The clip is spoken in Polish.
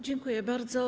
Dziękuję bardzo.